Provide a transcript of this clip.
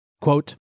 Quote